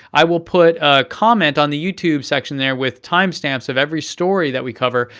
i will put a comment on the youtube section there with time stamps of every story that we cover.